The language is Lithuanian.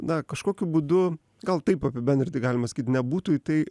na kažkokiu būdu gal taip apibendrintai galima sakyt nebūtų į tai